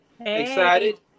excited